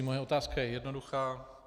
Moje otázka je jednoduchá.